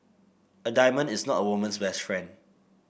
a diamond is not a woman's best friend